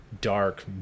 Dark